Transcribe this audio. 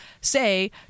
say